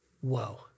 whoa